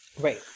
right